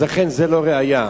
לכן זו לא ראיה,